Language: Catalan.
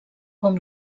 com